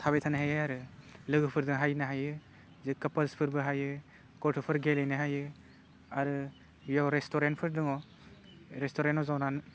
थाबाय थानो हायो आरो लोगोफोरजों हाइनो हायो जे कापोलसफोरबो हाइयो गथ'फोर गेलेनो हाइयो आरो बेयाव रेस्ट'रेन्टफोर दङ रेस्ट'रेन्टनाव जनानै